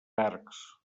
arcs